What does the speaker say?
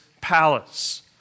palace